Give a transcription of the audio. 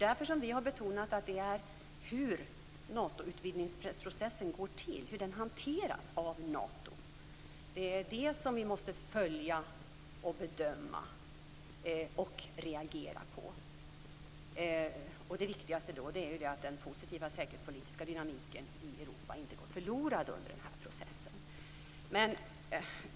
Därför har vi betonat att det är hur Natoprocessen går till, hur den hanteras av Nato, som vi måste följa, bedöma och reagera på. Det viktigaste är då att den positiva säkerhetspolitiska dynamiken i Europa inte går förlorad under den här processen.